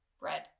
bread